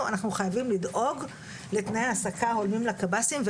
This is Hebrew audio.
אנחנו חייבים לדאוג לתנאי העסקה טובים לקב"סים.